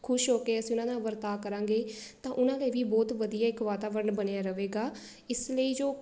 ਖੁਸ਼ ਹੋ ਕੇ ਅਸੀਂ ਉਹਨਾਂ ਨਾਲ ਵਰਤਾ ਕਰਾਂਗੇ ਤਾਂ ਉਹਨਾਂ ਦੇ ਵੀ ਬਹੁਤ ਵਧੀਆ ਇੱਕ ਵਾਤਾਵਰਨ ਬਣਿਆ ਰਹੇਗਾ ਇਸ ਲਈ ਜੋ